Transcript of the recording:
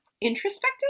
introspective